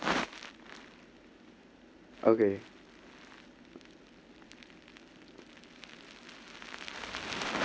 okay